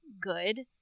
good